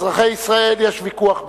אזרחי ישראל, יש ויכוח ביניהם,